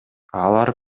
алар